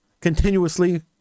continuously